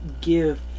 give